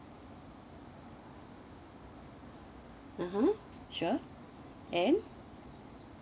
(uh huh) sure and